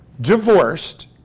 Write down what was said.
divorced